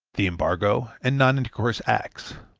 the embargo and non-intercourse acts.